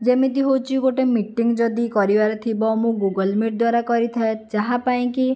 ଯେମିତି ହେଉଛି ଗୋଟିଏ ମିଟିଂ ଯଦି କରିବାର ଥିବ ମୁଁ ଗୁଗଲ ମିଟ ଦ୍ଵାରା କରିଥାଏ ଯାହାପାଇଁ କି